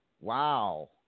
wow